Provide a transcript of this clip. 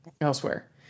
Elsewhere